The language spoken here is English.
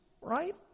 right